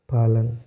पालन